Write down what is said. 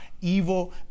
evil